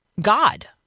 God